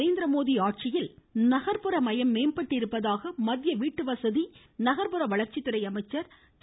நரேந்திரமோடி ஆட்சியில் நகர்ப்புறமயம் மேம்பட்டிருப்பதாக மத்திய வீட்டுவசதி நகர்ப்புற வளர்ச்சித்துறை அமைச்சர் திரு